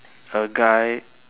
a guy